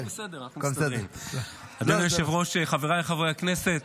אדוני היושב-ראש, חבריי חברי הכנסת,